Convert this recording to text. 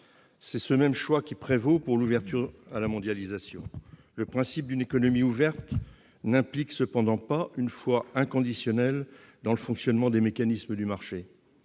C'est ce même choix qui prévaut pour l'ouverture à la mondialisation. Le principe d'une économie ouverte n'implique cependant pas une foi inconditionnelle dans le fonctionnement des mécanismes du marché.